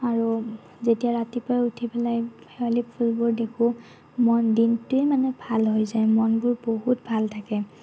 আৰু যেতিয়া ৰাতিপুৱাই উঠি পেলাই শেৱালি ফুলবোৰ দেখোঁ মই দিনটোৱে মানে ভাল হৈ যায় মনবোৰ বহুত ভাল থাকে